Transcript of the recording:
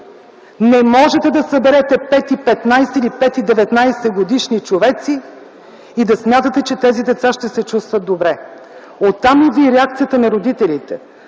Не можете да съберете 5 и 15 или 5 и 19-годишни човеци и да смятате, че тези деца ще се чувстват добре. Оттам идва и реакцията на родителите.